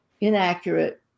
inaccurate